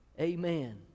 Amen